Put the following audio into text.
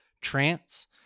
trance